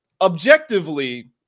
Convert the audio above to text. objectively